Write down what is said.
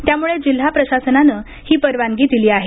त्यामुळे जिल्हा प्रशासनानं ही परवानगी दिली आहे